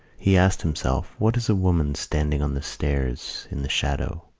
he asked himself what is a woman standing on the stairs in the shadow,